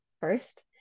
first